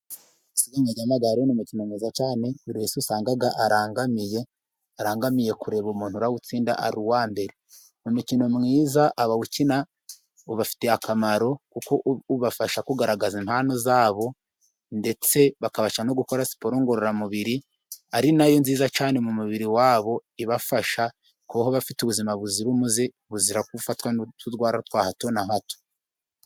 Isiganwa ry’amagare ni umukino mwiza cyane. Buri wese usanga arangamiye kureba umuntu urawutsinda ari uwa mbere. Ni umukino mwiza, abawukina ubafitiye akamaro kuko ubafasha kugaragaza impano zabo, ndetse bakabasha no gukora siporo ngororamubiri, ari nayo nziza cyane mu mubiri wabo. Ibafasha kubaho, bafite ubuzima buzira umuze, buzira gufatwa n’indwara za hato na hato.